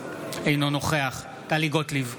אינו נוכח טלי גוטליב,